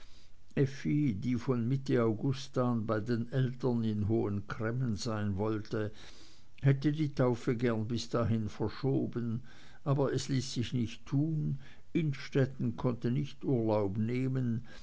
die von mitte august an bei den eltern in hohen cremmen sein wollte hätte die taufe gern bis dahin verschoben aber es ließ sich nichts tun innstetten konnte nicht urlaub nehmen